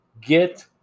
get